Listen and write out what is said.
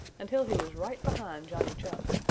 until he was right behind johnny chuck.